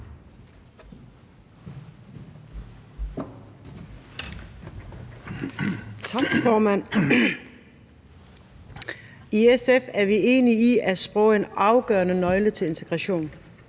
I SF er vi enige i, at sprog er en afgørende nøgle til integration